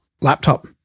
laptop